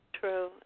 True